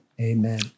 amen